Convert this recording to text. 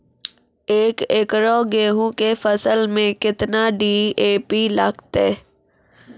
एक एकरऽ गेहूँ के फसल मे केतना डी.ए.पी लगतै?